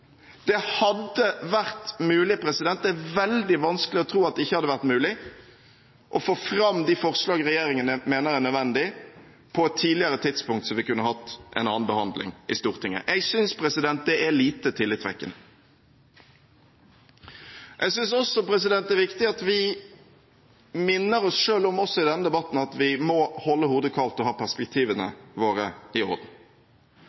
Det hadde vært mulig – det er veldig vanskelig å tro at det ikke hadde vært mulig – å få fram de forslagene regjeringen mener er nødvendige, på et tidligere tidspunkt, sånn at vi kunne hatt en annen behandling i Stortinget. Jeg synes det er lite tillitvekkende. Jeg synes også det er viktig at vi minner oss selv om, også i denne debatten, at vi må holde hodet kaldt og ha perspektivene våre i orden.